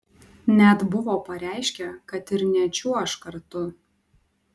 net buvo pareiškę kad ir nečiuoš kartu